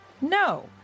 No